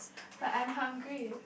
but I'm hungry